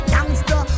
Gangsta